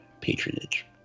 patronage